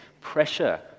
pressure